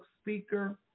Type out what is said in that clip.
speaker